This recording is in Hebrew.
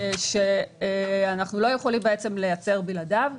ואנחנו לא יכולים לייצר בלעדיו,